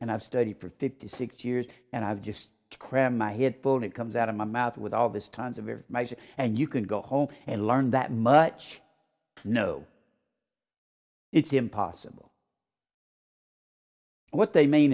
and i study for fifty six years and i've just crammed my head phone it comes out of my mouth with all this tons of information and you can go home and learn that much no it's impossible what they mean